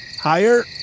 higher